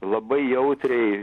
labai jautriai